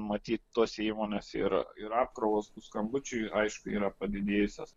matyt tos įmonės ir ir apkrovos skambučių aišku yra padidėjusios